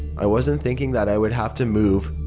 i wasn't thinking that i would have to move.